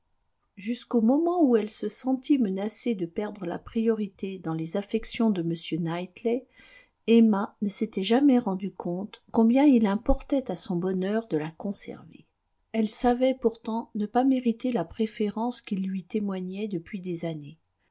jusqu'au moment où elle se sentit menacée de perdre la priorité dans les affections de m knightley emma ne s'était jamais rendu compte combien il importait à son bonheur de la conserver elle savait pourtant ne pas mériter la préférence qu'il lui témoignait depuis des années